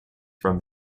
from